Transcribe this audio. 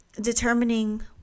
determining